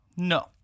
No